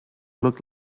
look